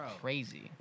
crazy